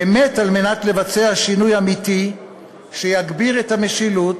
באמת על מנת לבצע שינוי אמיתי שיגביר את המשילות,